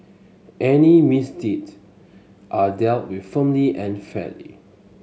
any misdeeds are dealt with firmly and fairly